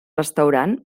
restaurant